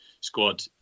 squad